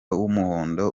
w’umuhondo